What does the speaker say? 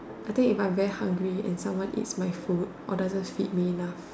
I think if I am very hungry and someone eats my food or doesn't feed me enough